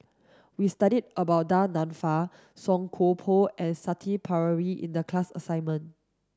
we studied about Du Nanfa Song Koon Poh and Shanti Pereira in the class assignment